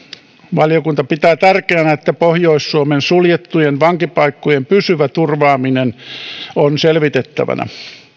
valiokunta pitää tärkeänä että pohjois suomen suljettujen vankipaikkojen pysyvä turvaaminen on selvitettävänä